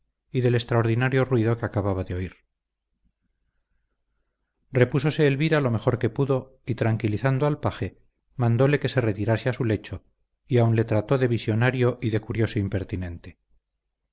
y del extraordinario ruido que acababa de oír repúsose elvira lo mejor que pudo y tranquilizando al paje mandóle que se retirase a su lecho y aun le trató de visionario y de curioso impertinente